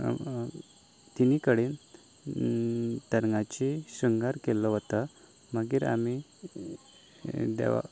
तिनी कडेन तरंगाची श्रृगांर केल्लो वता मागीर आमी देवाक